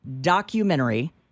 documentary